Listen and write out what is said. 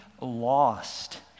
lost